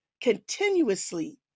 continuously